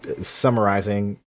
summarizing